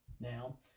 Now